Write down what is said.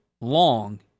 long